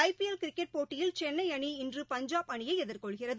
ஐ PL cricket போட்டியில் சென்னைஅணி இன்று பஞ்சாப் அணியைஎதிர்கொள்கிறது